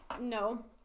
no